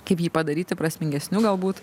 kaip jį padaryti prasmingesniu galbūt